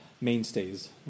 mainstays